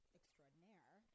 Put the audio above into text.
extraordinaire